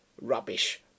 Rubbish